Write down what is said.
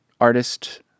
artist